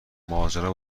ماجرا